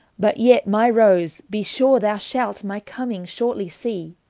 but yet, my rose, be sure thou shalt my coming shortlye see,